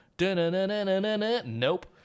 Nope